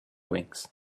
wings